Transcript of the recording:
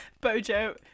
Bojo